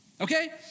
okay